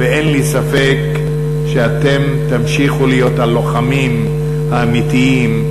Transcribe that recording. ואין לי ספק שאתם תמשיכו להיות הלוחמים האמיתיים,